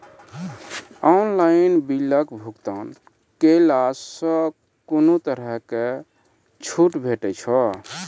Online बिलक भुगतान केलासॅ कुनू तरहक छूट भेटै छै?